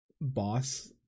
boss